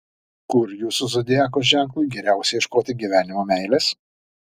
kur jūsų zodiako ženklui geriausia ieškoti gyvenimo meilės